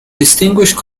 distinguished